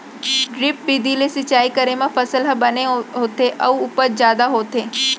drip बिधि ले सिंचई करे म फसल ह बने होथे अउ उपज जादा होथे